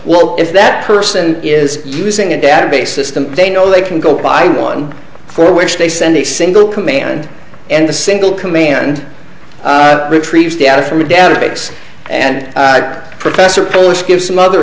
well if that person is using a database system they know they can go buy one for which they send a single command and the single command retrieves data from a database and professor polish gives some other